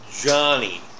Johnny